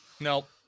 Nope